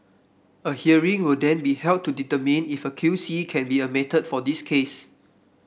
a hearing will then be held to determine if a QC can be admitted for the case